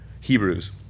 Hebrews